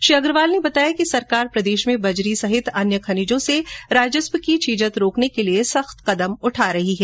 श्री अग्रवाल ने बताया कि सरकार प्रदेश में बजरी सहित अन्य खनिजों से राजस्व की छीजत रोकने के लिये सख्त कदम उठा रही है